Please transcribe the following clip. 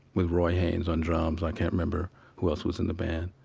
with roy haynes on drums. i can't remember who else was in the band.